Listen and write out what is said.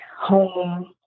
home